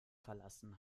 verlassen